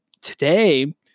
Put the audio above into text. today